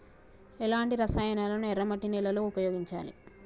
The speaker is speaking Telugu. ఎలాంటి రసాయనాలను ఎర్ర మట్టి నేల లో ఉపయోగించాలి?